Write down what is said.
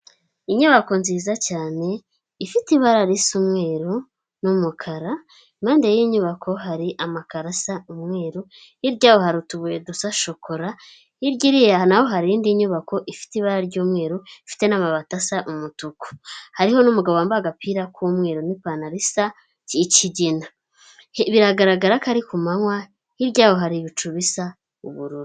Inyubako nziza cyane ifite ibara risa umweru n'umukara, impande y'inyubako hari amakaro asa umweru, hirya y'aho hari utubuye dusa shokora, hirya iriya n'aho hari indi nyubako ifite ibara ry'umweru ifite n'amabati asa umutuku, hariho n'umugabo wambaye agapira k'umweru n'ipantaro isa ikigina, biragaragara ko ari ku manywa hirya y'aho hari ibicu bisa ubururu.